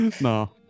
No